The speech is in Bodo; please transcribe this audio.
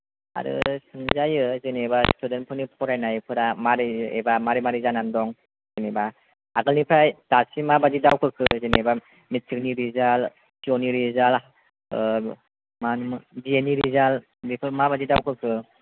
आरो सोंजायो जेनोबा स्तुदेन फोरनि फरायनायफोरा मारै एबा माबोरै माबोरै जाना दं जेन'बा आगोलनिफराय दासिम माबादि दावखोखो जेनोबा मेट्रिक नि रिजाल्ट फि इउ नि रिजाल्ट मा होननो बि ए नि रिजाल्ट बेफोर माबादि दावखोखो